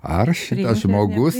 ar šitas žmogus